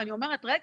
ואני אומרת: רגע,